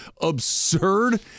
absurd